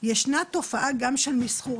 ישנה תופעה גם של מסחור,